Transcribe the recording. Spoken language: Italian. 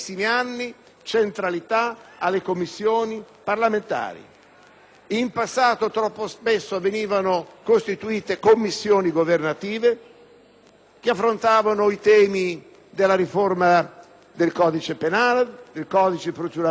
In passato troppo spesso sono state costituite Commissioni governative per affrontare i temi della riforma del codice penale, del codice di procedura penale o degli altri codici, senza che si giungesse ad alcun risultato.